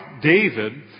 David